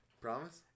Promise